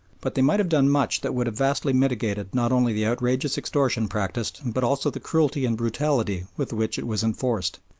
but they might have done much that would have vastly mitigated not only the outrageous extortion practised but also the cruelty and brutality with which it was enforced.